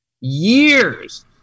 Years